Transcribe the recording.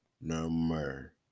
number